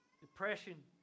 Depression